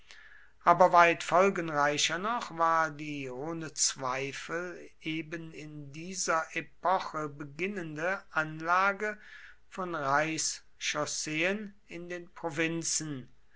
aber weit folgenreicher noch war die ohne zweifel eben in dieser epoche beginnende anlage von reichschausseen in den provinzen